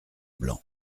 blanc